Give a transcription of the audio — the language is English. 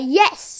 yes